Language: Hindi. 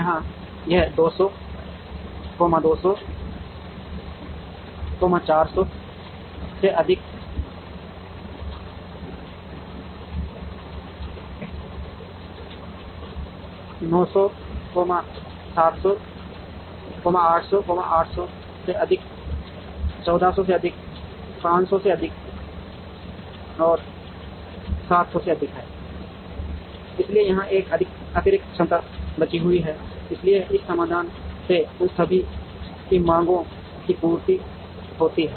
यहाँ यह २०० २०० ४०० से अधिक १०० ५०० ५०० से अधिक है १५०० से अधिक है ५०० से ५००० है इसलिए यहां एक अतिरिक्त क्षमता बची हुई है इसलिए इस समाधान से उन सभी की मांग भी पूरी होती है